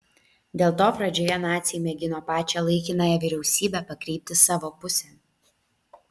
dėl to pradžioje naciai mėgino pačią laikinąją vyriausybę pakreipti savo pusėn